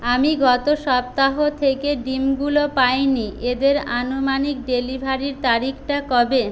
আমি গত সপ্তাহ থেকে ডিম গুলো পাইনি এদের আনুমানিক ডেলিভারির তারিখটা কবে